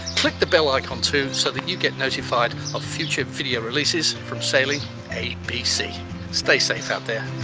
click the bell icon too so that you get notified of future video releases from sailing a b sea stay safe out there